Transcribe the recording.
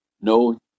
No